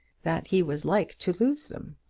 that he was like to lose them.